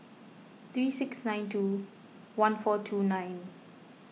three six nine two one four two nine